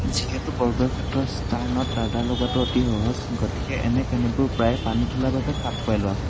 যিহেতু বৰ্গক্ষেত্ৰৰ ষ্টাৰ্ণত ৰাডাৰ লগোৱাটো অতি সহজ গতিকে এনে কেনুবোৰ প্ৰায় পানীতোলাৰ বাবে খাপ খুৱাই লোৱা হয়